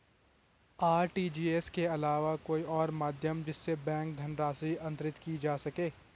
RTGS के अलावा कोई और माध्यम जिससे बैंक धनराशि अंतरित की जा सके?